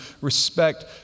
respect